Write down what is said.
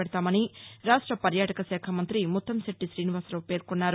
పెదతామని రాష్ట్ర పర్యాటక శాఖ మంతి ముత్తంశెట్టి శీనివాసరావు పేర్కొన్నారు